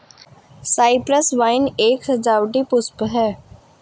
Cyprus vine एक सजावटी पुष्प है